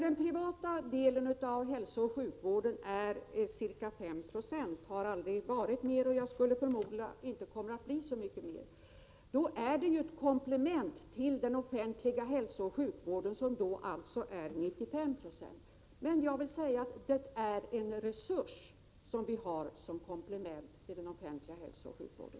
Den privata delen av hälsooch sjukvården är ca 5 20. Den har aldrig varit större, och jag skulle förmoda att den inte kommer att bli så mycket större. Då är den ett komplement till den offentliga hälsooch sjukvården som alltså omfattar 95 96. Men jag vill säga att det är en resurs som vi har som komplement till den offentliga hälsooch sjukvården.